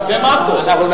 היום, איתן.